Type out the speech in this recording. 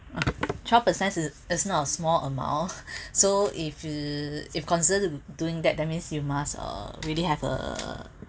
twelve percent is is not a small amount so if if considered doing that that means you must uh really have uh